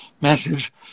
message